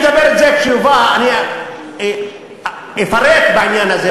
אני אפרט בעניין הזה,